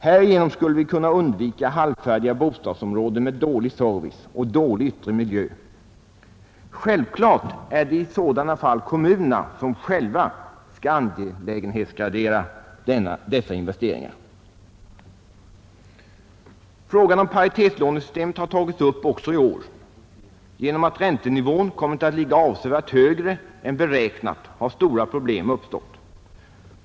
Härigenom skulle vi kunna undvika halvfärdiga bostadsområden med dålig service och dålig yttre miljö. Självklart är det kommunerna som själva skall angelägenhetsgradera dessa investeringar. Frågan om paritetslånesystemet har tagits upp också i år. Genom att räntenivån kommit att ligga avsevärt högre än beräknat har stora problem uppstått.